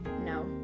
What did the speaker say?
No